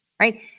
Right